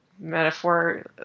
metaphor